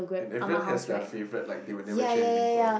it doesn't have their favorite like they will never train anything first